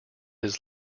his